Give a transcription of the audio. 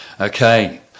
Okay